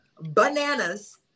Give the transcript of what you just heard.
bananas